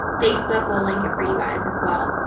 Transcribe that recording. facebook will link it for you guys as well.